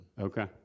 Okay